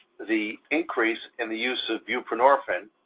the increase in the use of buprenorphine,